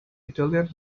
italian